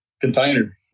container